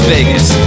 Vegas